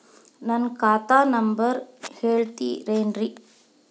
ನನ್ನ ಖಾತಾ ನಂಬರ್ ಹೇಳ್ತಿರೇನ್ರಿ?